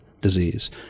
disease